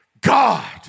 God